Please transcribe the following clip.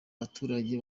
baturage